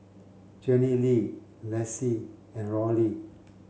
Jenilee Lacie and Rory